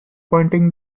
pointing